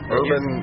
urban